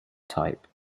type